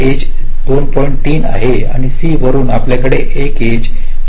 3 आहे आणि c वरुन आपल्याकडे एक एज 0